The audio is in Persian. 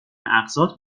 اقساط